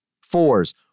Fours